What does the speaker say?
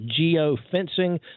geofencing